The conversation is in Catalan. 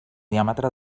diàmetre